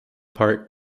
park